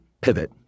pivot